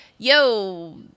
Yo